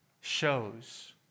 shows